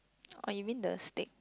oh you mean the steak